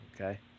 Okay